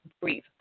Breathe